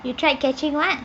you tried catching what